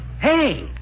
Hey